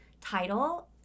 title